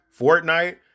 Fortnite